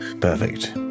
Perfect